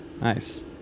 Nice